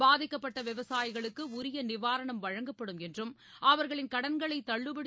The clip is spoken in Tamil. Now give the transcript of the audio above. பாதிக்கப்பட்ட விவசாயிகளுக்கு உரிய நிவாரணம் வழங்கப்படும் என்றும் அவர்களின் கடன்களை தள்ளுபடி